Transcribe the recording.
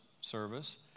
service